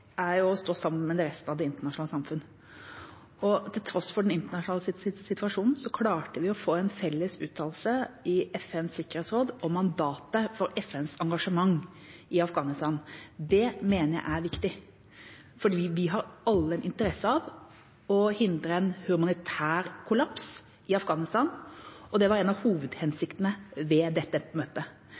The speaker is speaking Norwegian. er å stå sammen med resten av det internasjonale samfunn. Til tross for den internasjonale situasjonen klarte vi å få en felles uttalelse i FNs sikkerhetsråd om mandatet for FNs engasjement i Afghanistan. Det mener jeg er viktig, for vi har alle en interesse av å hindre en humanitær kollaps i Afghanistan, og det var en av hovedhensiktene ved dette møtet.